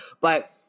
But-